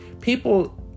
people